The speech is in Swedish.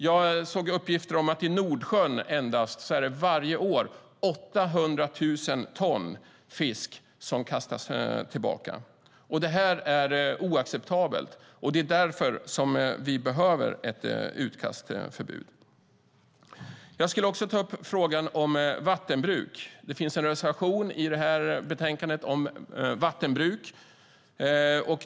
Jag såg uppgifter om att endast i Nordsjön är det varje år 800 000 ton fisk som kastas tillbaka. Det är oacceptabelt. Det är därför som vi behöver ett utkastförbud. Jag vill också ta upp frågan om vattenbruk. Det finns en reservation i det här betänkandet om vattenbruk.